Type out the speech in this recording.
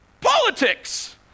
politics